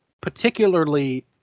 particularly